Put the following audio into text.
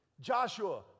Joshua